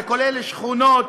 זה כולל שכונות,